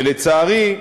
ולצערי,